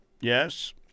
Yes